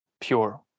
pure